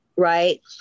Right